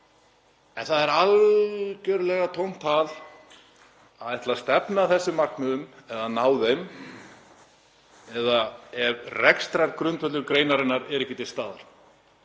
En það er algerlega tómt tal að ætla að stefna að þessum markmiðum eða ná þeim ef rekstrargrundvöllur greinarinnar er ekki til staðar,